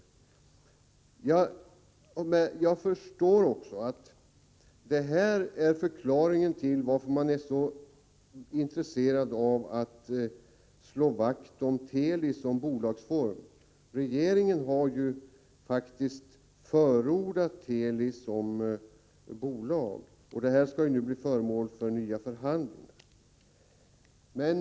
Jag förstår också att detta är förklaringen till att man är så intresserad av att slå vakt om Teli som bolag. Regeringen har ju faktiskt förordat att Teli skall bli bolag. Det skall nu bli nya förhandlingar.